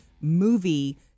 movie